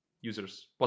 users